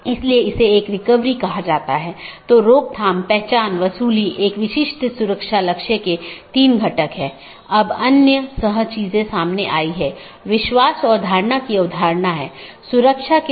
यह केवल उन्हीं नेटवर्कों के विज्ञापन द्वारा पूरा किया जाता है जो उस AS में या तो टर्मिनेट होते हैं या उत्पन्न होता हो यह उस विशेष के भीतर ही सीमित है